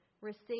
Receive